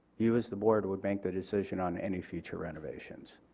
you as the board would make the decision on any future renovations.